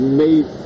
made